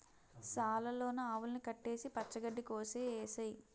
సాల లోన ఆవుల్ని కట్టేసి పచ్చ గడ్డి కోసె ఏసేయ్